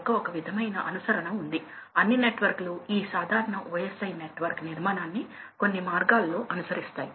కానీ అవి గణనీయమైన ఎనర్జీ ని ఆదా చేయగలవని మనం చూస్తాము